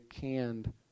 canned